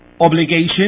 obligation